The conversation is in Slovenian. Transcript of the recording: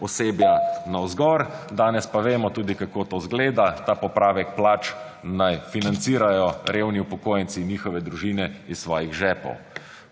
osebja navzgor, danes pa vemo tudi, kako to izgleda, ta popravek plač naj financirajo revni upokojenci in njihove družine iz svojih žepov.